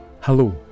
Hello